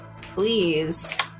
Please